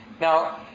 Now